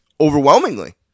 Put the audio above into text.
overwhelmingly